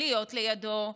להיות לידו,